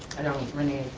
i don't, renee,